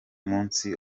munsi